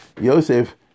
Yosef